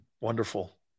wonderful